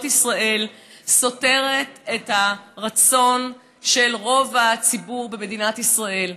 ישראל סותרת את הרצון של רוב הציבור במדינת ישראל.